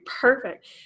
Perfect